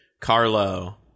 Carlo